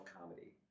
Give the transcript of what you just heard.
comedy